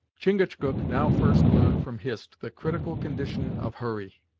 chingachgook now first learned from hist the critical condition of hurry.